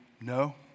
no